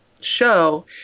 show